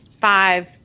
five